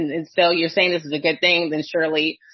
and and so you're saying this is a good thing. and surely,